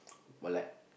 or like